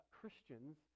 Christians